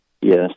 Yes